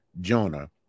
Jonah